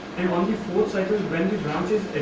four cycle when the branch is